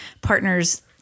partners